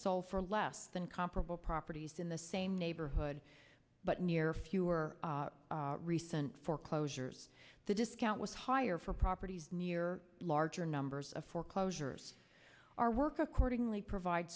sold for less than comparable properties in the same neighborhood but near fewer recent foreclosures the discount was higher for properties near larger numbers of foreclosures are work accordingly provide